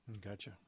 Gotcha